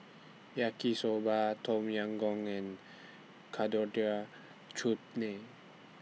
Yaki Soba Tom Yam Goong and Coriander Chutney